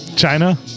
China